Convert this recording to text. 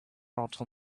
wrote